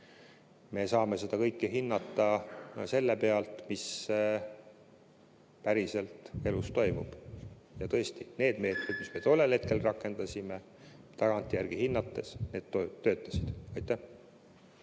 me saame seda kõike hinnata selle pealt, mis päriselt elus toimub. Ja tõesti, need meetmed, mis me tollel hetkel rakendasime, tagantjärgi hinnates töötasid. Aitäh!